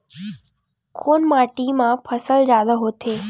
कोन माटी मा फसल जादा होथे?